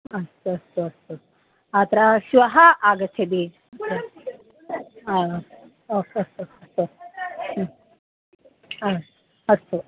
अस्तु अस्तु अस्तु अत्र श्वः आगच्छति अस्तु अस्तु हा अस्तु